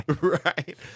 Right